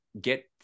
get